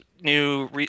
new